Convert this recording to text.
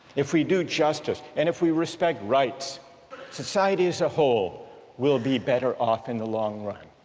if we do justice and if we respect rights society as a whole will be better off in the long run.